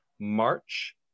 March